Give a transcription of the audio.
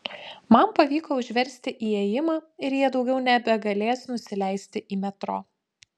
man pavyko užversti įėjimą ir jie daugiau nebegalės nusileisti į metro